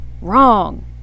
Wrong